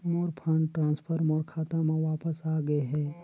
मोर fund transfer मोर खाता म वापस आ गे हे